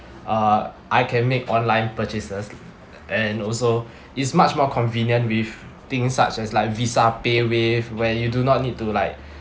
uh I can make online purchases and also it's much more convenient with things such as like visa paywave when you do not need to like